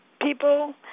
people